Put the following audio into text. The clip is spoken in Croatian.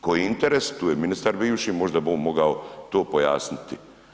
Koji interes, tu je ministar bivši, možda bi on mogao to pojasniti.